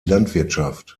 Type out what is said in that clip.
landwirtschaft